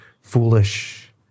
foolish